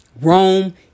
Rome